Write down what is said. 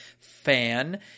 fan